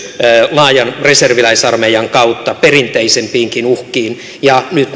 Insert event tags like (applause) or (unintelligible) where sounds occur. laajan reserviläisarmeijan kautta perinteisempiinkin uhkiin ja nyt (unintelligible)